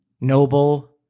Noble-